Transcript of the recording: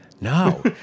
No